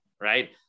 right